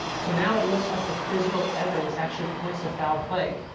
so now it looks like the physical evidence actually points to foul play.